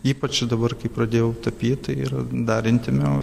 ypač dabar kai pradėjau tapyt tai yra dar intymiau